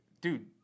dude